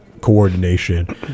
coordination